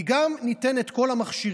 כי גם אם ניתן את כל המכשירים,